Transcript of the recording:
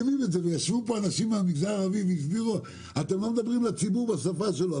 ישבו פה אנשים מהמגזר הערבי והסבירו: אתם לא מדברים לציבור בשפה שלו.